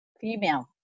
female